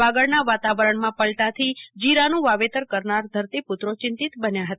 વગાડના વાતાવરણમાં પલાતાથી જીરાનું વાવેતર કરનાર ધરતીપુત્રો ચિંતિત બન્યા હતા